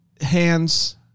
hands